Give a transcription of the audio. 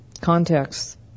context